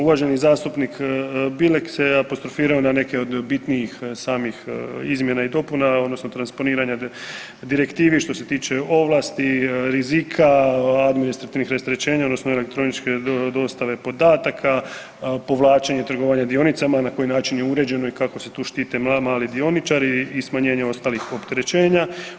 Uvaženi zastupnik Bilek se apostrofirao na neke od bitnijih samih izmjena i dopuna odnosno transponiranja direktivi, što se tiče ovlasti, rizika, administrativnih rasterećenja odnosno elektroničke dostave podataka, povlačenje trgovanja dionicama na koji način je uređeno i kako se tu štite mali dioničari i smanjenje ostalih opterećenja.